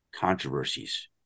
controversies